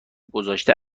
گذاشته